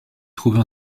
trouver